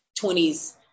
20s